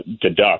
deduct